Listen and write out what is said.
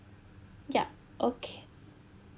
yup okay